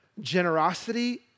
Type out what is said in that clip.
generosity